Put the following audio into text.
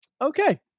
Okay